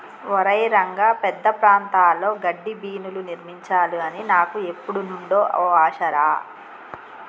ఒరై రంగ పెద్ద ప్రాంతాల్లో గడ్డిబీనులు నిర్మించాలి అని నాకు ఎప్పుడు నుండో ఓ ఆశ రా